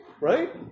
right